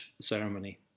ceremony